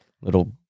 little